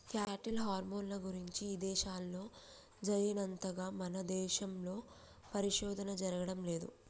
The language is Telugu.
క్యాటిల్ హార్మోన్ల గురించి ఇదేశాల్లో జరిగినంతగా మన దేశంలో పరిశోధన జరగడం లేదు